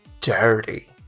dirty